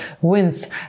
wins